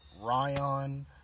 Ryan